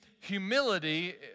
Humility